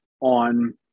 on